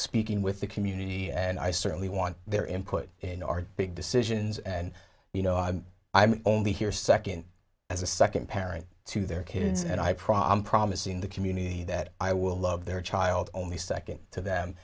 speaking with the community and i certainly want their input in our big decisions and you know i'm only here second as a second parent to their kids and i prompt promising the community that i will love their child only second to them